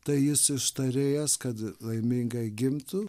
tai jis ištarėjas kad laimingai gimtų